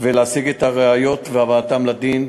להשיג את הראיות ולהביאם לדין.